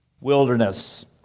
wilderness